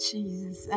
Jesus